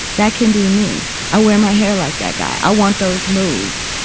that can be me. i wear my hair like that guy. i want those moves.